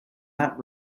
that